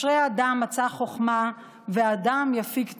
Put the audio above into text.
"אשרי אדם מצא חכמה ואדם יפיק תבונה",